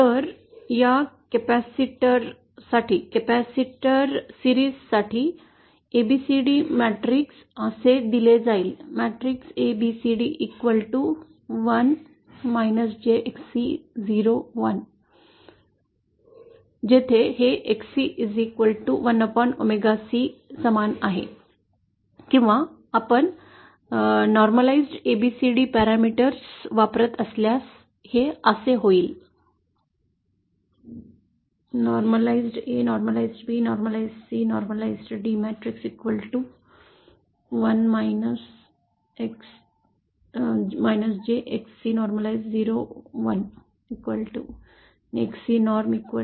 तर या कॅपेसिटर साठी कॅपेसिटर मालिका साठी ABCD मॅट्रिक्स असे दिले गेले आहे जेथे हे XC1wc समान आहे किंवा आपण सामान्यीकृत ABCD पॅरामीटर्स वापरत असल्यास हे असे होईल